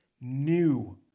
new